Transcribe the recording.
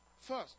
first